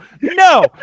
No